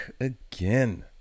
again